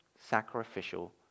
Sacrificial